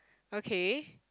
okay